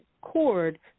cord